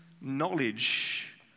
knowledge